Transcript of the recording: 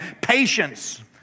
patience